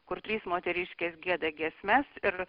kur trys moteriškės gieda giesmes ir